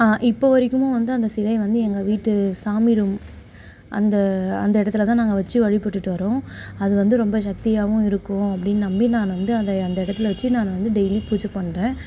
இப்போ வரைக்கும் அந்த சிலை வந்து எங்கள் வீட்டு சாமி ரூம் அந்த அந்த இடத்துலதான் நாங்கள் வச்சு வழிபட்டுட்டு வரோம் அதுவந்து ரொம்ப சக்தியாகவும் இருக்கும் அப்படீனு நம்பி நான் வந்து அந்த அந்த இடத்துல வச்சு நான் வந்து டெய்லி வந்து பூஜை பண்ணுறேன்